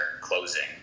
closing